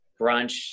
brunch